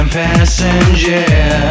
passenger